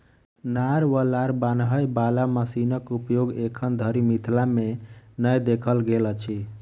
नार वा लार बान्हय बाला मशीनक उपयोग एखन धरि मिथिला मे नै देखल गेल अछि